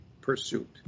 pursuit